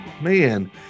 man